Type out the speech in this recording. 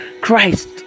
christ